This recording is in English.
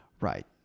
Right